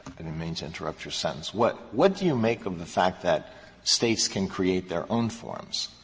and and mean to interrupt your sentence. what what do you make of the fact that states can create their own forms?